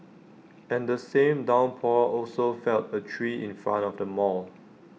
and the same downpour also felled A tree in front of the mall